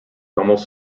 almost